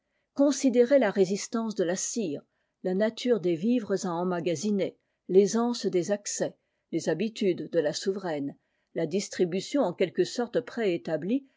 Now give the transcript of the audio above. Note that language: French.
considérer la résistance de la cire la nature des vivres à emmagasiner taisance des accès les habitudes de la souveraine la distribution en quelque sorte préétablie